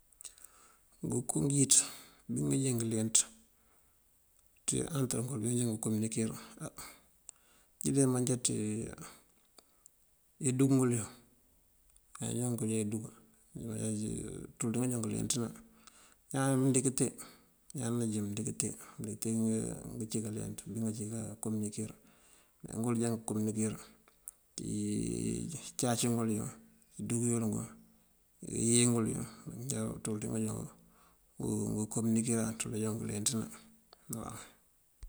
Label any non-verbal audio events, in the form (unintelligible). Ngënko ngëwíţ bí nganjoo ngëlenţ ţí antër bëkël bí nginje ngënkominikir. (unintelligible) Á njí de manjá ţí indúuk ngëlëyun iyi joonk káanjá indúuk (unintelligible) ţul ţí nganjoon ngëëlenţëna. Iñaan mëëndíŋ kënte, iñaan nanjin mëëndíŋ kënte. Mëëndíŋ kënte bí ngancí kalenţ, bí ngancí kankominikir. Má ngul já ngëënkominikir, ţí incáac ngëlëyun, indúung ngëlëyun ţul ţí nganjoon ngëënkominikiran ţul ngënlenţëna.